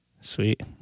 Sweet